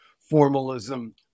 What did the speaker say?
formalism